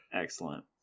Excellent